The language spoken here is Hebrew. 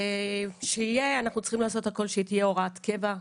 אנחנו צריכים לעשות הכול שתהיה הוראת קבע,